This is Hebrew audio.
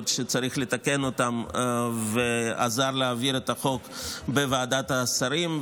שצריך לתקן אותן ועזר להעביר את החוק בוועדת השרים.